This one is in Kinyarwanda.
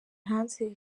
hanze